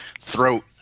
throat